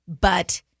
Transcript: But-